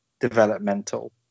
developmental